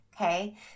okay